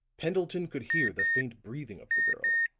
pendleton could hear the faint breathing of the girl,